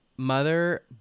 Mother